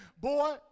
Boy